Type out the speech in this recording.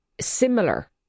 similar